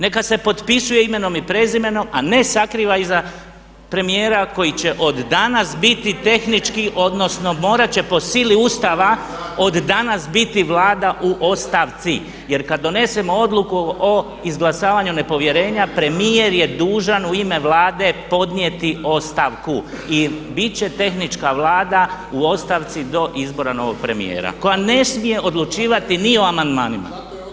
Neka se potpisuje imenom i prezimenom a ne sakriva iza premijera koji će od danas biti tehnički odnosno morat će po sili Ustava od danas biti Vlada u ostavci jer kad donesemo odluku o izglasavanju nepovjerenja premijer je dužan u ime Vlade podnijeti ostavku i bit će tehnička Vlada u ostavci do izbora novog premijera, koja ne smije odlučivati ni o amandmanima.